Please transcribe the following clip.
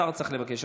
השר צריך לבקש.